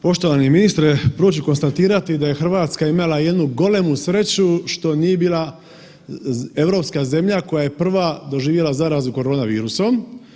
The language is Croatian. Poštovani ministre prvo ću konstatirati da je Hrvatska imala jednu golemu sreću što nije bila europska zemlja koja je prva doživjela zarazu korona virusom.